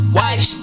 watch